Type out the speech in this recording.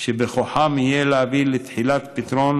שיהיה בכוחם להביא לתחילת פתרון